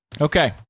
Okay